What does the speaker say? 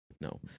no